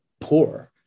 poor